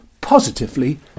positively